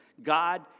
God